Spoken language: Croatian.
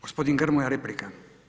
Gospodin Grmoja, replika.